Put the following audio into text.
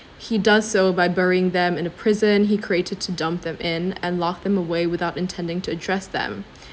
he does so by burying them in a prison he created to dump them in and locked them away without intending to address them